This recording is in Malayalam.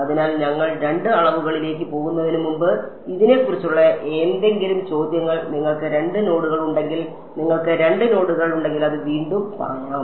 അതിനാൽ ഞങ്ങൾ രണ്ട് അളവുകളിലേക്ക് പോകുന്നതിന് മുമ്പ് ഇതിനെക്കുറിച്ചുള്ള എന്തെങ്കിലും ചോദ്യങ്ങൾ നിങ്ങൾക്ക് രണ്ട് നോഡുകൾ ഉണ്ടെങ്കിൽ നിങ്ങൾക്ക് 2 നോഡുകൾ ഉണ്ടെങ്കിൽ അത് വീണ്ടും പറയാം